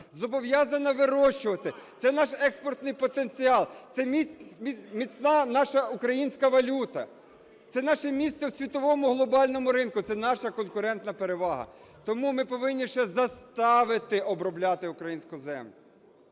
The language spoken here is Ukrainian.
зобов'язана вирощувати – це наш експортний потенціал, це міцна наша українська валюта, це наше місце в світовому глобальному ринку, це наша конкурентна перевага. Тому ми повинні ще заставити обробляти українську землю,